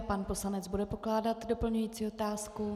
Pan poslanec bude pokládat doplňující otázku.